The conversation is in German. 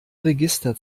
register